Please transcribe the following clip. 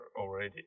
already